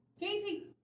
Casey